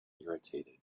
irritated